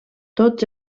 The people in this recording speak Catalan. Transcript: tots